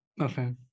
okay